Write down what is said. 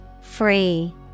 Free